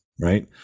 Right